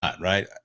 right